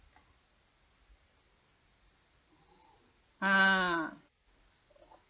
ah